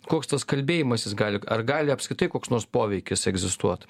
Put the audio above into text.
koks tas kalbėjimasis gali ar gali apskritai koks nors poveikis egzistuot